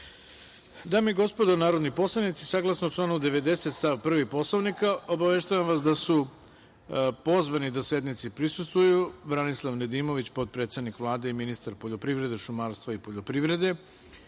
i gospodo narodni poslanici, saglasno članu 90. stav 1. Poslovnika obaveštavam vas da su pozvani da sednici prisustvuju Branislav Nedimović, potpredsednik Vlade i ministar poljoprivrede, šumarstva i vodoprivrede,